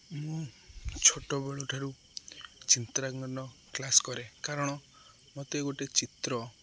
ମୁଁ ଛୋଟବେଳଠାରୁ ଚିତ୍ରାଙ୍କନ କ୍ଲାସ୍ କରେ କାରଣ ମୋତେ ଗୋଟେ ଚିତ୍ର